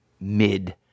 mid